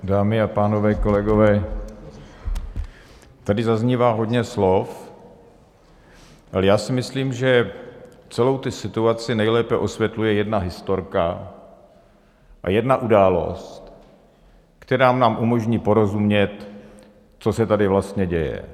Dámy a pánové, kolegové, tady zaznívá hodně slov, ale já si myslím, že celou tu situaci nejlépe osvětluje jedna historka a jedna událost, která nám umožní porozumět, co se tady vlastně děje.